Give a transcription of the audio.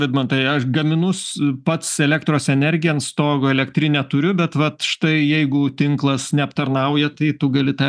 vidmantai aš gaminus pats elektros energiją ant stogo elektrinę turiu bet vat štai jeigu tinklas neaptarnauja tai tu gali tą